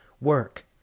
Work